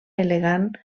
elegant